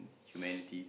humanity